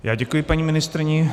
Já děkuji paní ministryni.